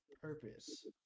purpose